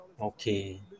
Okay